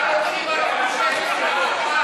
מי יורה בתוך הנגמ"ש?